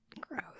Gross